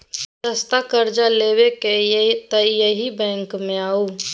सस्ता करजा लेबाक यै तए एहि बैंक मे आउ